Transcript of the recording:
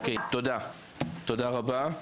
תודה רבה,